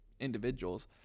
individuals –